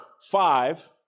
five